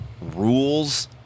rules